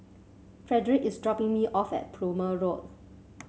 Frederick is dropping me off at Plumer Road